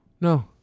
No